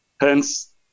Hence